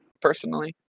personally